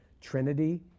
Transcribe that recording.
Trinity